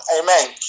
amen